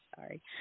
Sorry